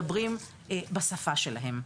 שהם כן צריכים לשמוע אותנו מדברים בשפה שלהם.